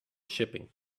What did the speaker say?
shipping